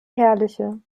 herrliche